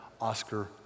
Oscar